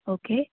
okay